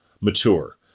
mature